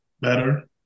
better